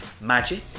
Magic